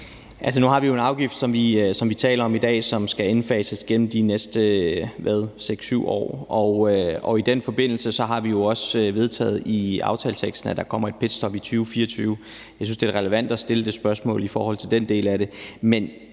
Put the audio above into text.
Nu har vi jo en afgift, vi taler om i dag, som skal indfases gennem de næste 6-7 år. I den forbindelse har vi jo også vedtaget i aftaleteksten, at der kommer et pitstop i 2024. Jeg synes, det er relevant at stille det spørgsmål i forhold til den del af det.